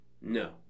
No